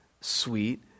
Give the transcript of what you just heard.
sweet